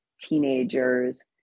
teenagers